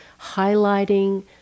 highlighting